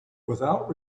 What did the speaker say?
without